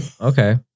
Okay